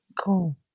cool